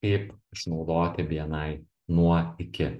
kaip išnaudoti bni nuo iki